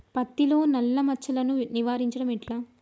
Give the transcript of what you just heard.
పత్తిలో నల్లా మచ్చలను నివారించడం ఎట్లా?